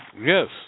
Yes